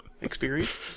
Experience